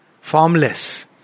formless